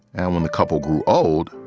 and when the couple grew old,